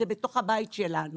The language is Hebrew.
בתוך הבית שלנו